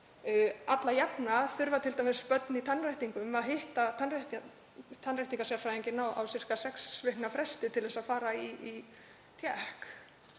alla jafna þurfa t.d. börn í tannréttingum að hitta tannréttingasérfræðinginn á sirka sex vikna fresti til að fara í tékk.